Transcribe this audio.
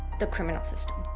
the criminal system,